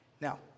Now